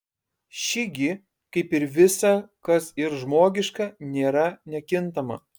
ši gi kaip ir visa kas yr žmogiška nėra nekintama